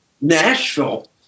Nashville